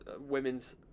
Women's